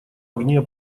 огне